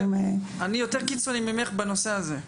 שאין לו שום --- אני יותר קיצוני ממך בנושא הזה.